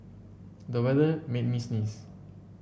the weather made me sneeze